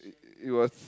it it was